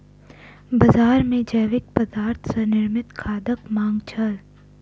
बजार मे जैविक पदार्थ सॅ निर्मित खादक मांग छल